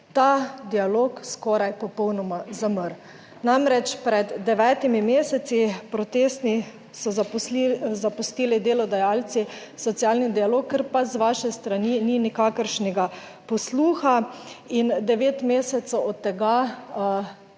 ta dialog skoraj popolnoma zamrl. Namreč, pred devetimi meseci protestno so zapustili delodajalci socialni dialog, kar pa z vaše strani ni nikakršnega posluha. In devet mesecev od tega